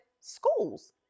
schools